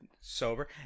sober